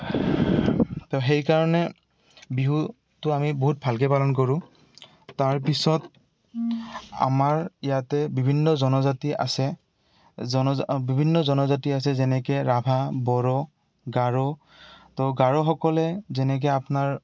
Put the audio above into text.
তো সেইকাৰণে বিহুটো আমি বহুত ভালকে পালন কৰোঁ তাৰপিছত আমাৰ ইয়াতে বিভিন্ন জনজাতি আছে জনা বিভিন্ন জনজাতি আছে যেনেকে ৰাভা বড়ো গাৰো গাৰোসকলে যেনেকে আপোনাৰ